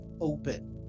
open